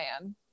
Man